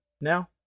now